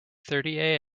thirty